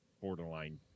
borderline